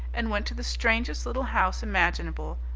and went to the strangest little house imaginable,